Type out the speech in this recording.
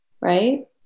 right